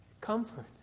comfort